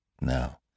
No